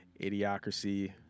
idiocracy